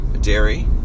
dairy